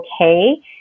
okay